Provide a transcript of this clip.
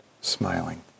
smiling